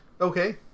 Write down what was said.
Okay